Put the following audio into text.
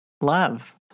love